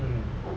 mm